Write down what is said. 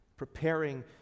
preparing